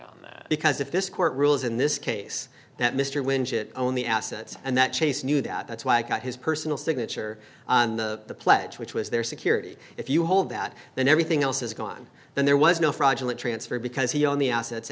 plea because if this court rules in this case that mr lynch it only assets and that chase knew that that's why i got his personal signature on the pledge which was their security if you hold that then everything else is gone then there was no fraudulent transfer because he on the assets